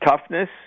toughness